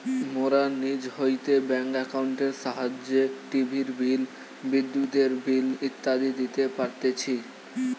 মোরা নিজ হইতে ব্যাঙ্ক একাউন্টের সাহায্যে টিভির বিল, বিদ্যুতের বিল ইত্যাদি দিতে পারতেছি